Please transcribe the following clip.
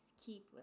keep